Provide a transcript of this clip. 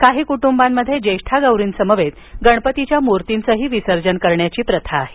काही कुटूंबांमध्ये ज्येष्ठांगौरीसमवेत गणपतीच्या मूर्तीचेही विसर्जन करण्याची प्रथा आहे